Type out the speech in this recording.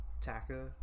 taka